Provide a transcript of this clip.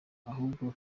ahubwo